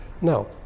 No